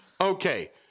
Okay